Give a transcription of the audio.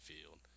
field